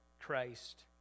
Christ